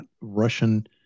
Russian